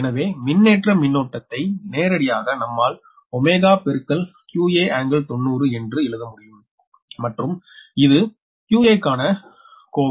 எனவே மின்னேற்ற மின்னோட்டத்தை நேரடியாக நம்மால் 𝜔 ∗ 𝑞𝑎 ∟90 என்று எழுத முடியும் மற்றும் இது 𝑞𝑎 காண கோவை